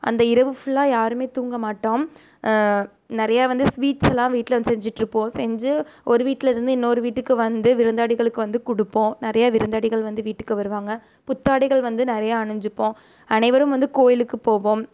அந்த இரவு ஃபுல்லாக யாரும் தூங்க மாட்டோம் நிறையா வந்து ஸ்வீட்ஸெலாம் வீட்டில் வந்து செஞ்சுட்டிருப்போம் செஞ்சு ஒரு வீட்டிலிருந்து இன்னொரு வீட்டுக்கு வந்து விருந்தாளிகளுக்கு வந்து கொடுப்போம் நிறைய விருந்தாளிகள் வந்து வீட்டுக்கு வருவாங்க புத்தாடைகள் வந்து நிறைய அணிஞ்சுப்போம் அனைவரும் வந்து கோயிலுக்கு போவோம்